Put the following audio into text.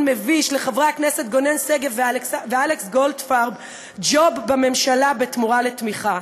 מביש לחברי הכנסת גונן שגב ואלכס גולדפרב ג'וב בממשלה בתמורה לתמיכה,